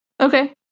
Okay